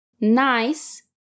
nice